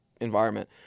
environment